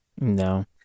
no